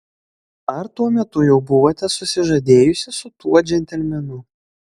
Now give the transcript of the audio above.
ar tuo metu jau buvote susižadėjusi su tuo džentelmenu